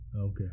Okay